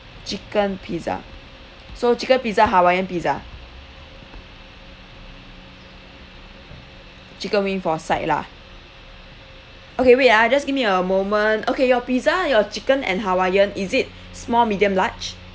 chicken pizza so chicken pizza hawaiian pizza chicken wing for side lah okay wait ah just give me a moment okay your pizza your chicken and hawaiian is it small medium large